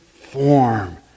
form